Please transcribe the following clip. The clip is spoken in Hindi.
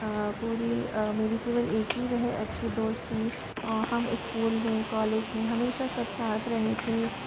पूरी मेरी केवल एक ही वह अच्छी दोस्त थी हम स्कूल में कॉलेज में हमेशा सब साथ रहे थे